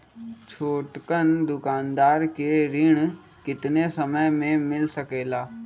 छोटकन दुकानदार के ऋण कितने समय मे मिल सकेला?